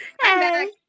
hey